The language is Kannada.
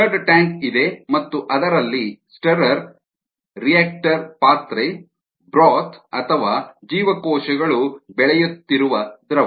ಸ್ಟರ್ಡ್ ಟ್ಯಾಂಕ್ ಇದೆ ಮತ್ತು ಅದರಲ್ಲಿ ಸ್ಟಿರ್ರ್ ರಿಯಾಕ್ಟರ್ ಪಾತ್ರೆ ಬ್ರೋತ್ ಅಥವಾ ಜೀವಕೋಶಗಳು ಬೆಳೆಯುತ್ತಿರುವ ದ್ರವ